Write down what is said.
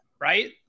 right